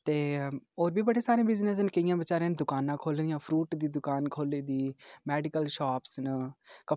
ते होर बी बड़े सारे बिज़नेस न केईं बेचारें दकानां खो'ल्ली दियां फ्रूट दी दकान खो'ल्ली दी मेडिकल शाप्स न